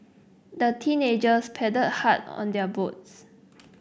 the teenagers paddled hard on their boats